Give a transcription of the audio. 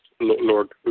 Lord